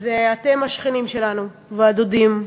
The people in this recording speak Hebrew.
זה אתם, השכנים שלנו, הדודים,